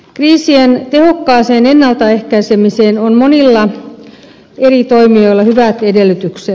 kriisien tehokkaaseen ennaltaehkäisemiseen on monilla eri toimijoilla hyvät edellytykset